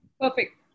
Perfect